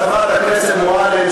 חברת הכנסת מועלם,